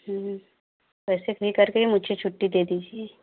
हम्म कैसे भी करके मुझे छुट्टी दे दीजिए